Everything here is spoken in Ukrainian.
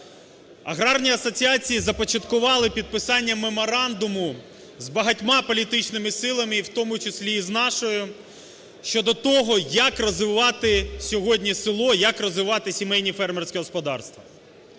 Аграрні асоціації започаткували підписання меморандуму з багатьма політичними силами, і в тому числі, і з нашою, щодо того, як розвивати сьогодні село, як розвивати сімейні фермерські господарства.